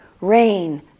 Rain